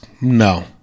no